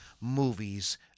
movies